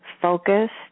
focused